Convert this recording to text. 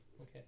Okay